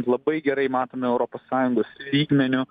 labai gerai matome europos sąjungos lygmeniu